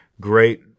great